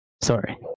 Sorry